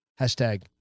Hashtag